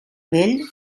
vell